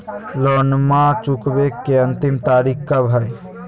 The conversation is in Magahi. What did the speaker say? लोनमा चुकबे के अंतिम तारीख कब हय?